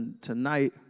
Tonight